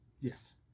Yes